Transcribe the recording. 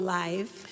life